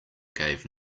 gave